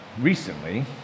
recently